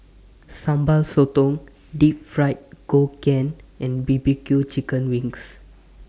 Sambal Sotong Deep Fried Ngoh Hiang and B B Q Chicken Wings